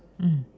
mm